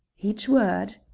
each word.